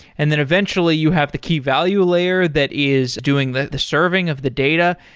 and then eventually you have the key value layer that is doing the the serving of the data.